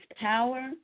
power